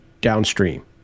downstream